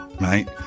right